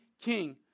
King